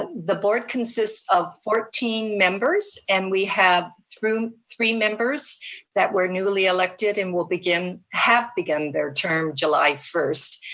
ah the board consists of fourteen members and we have through three members that were newly elected and will begin, have begun their term july first.